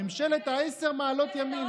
ממשלת עשר המעלות ימינה,